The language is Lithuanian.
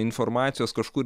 informacijos kažkur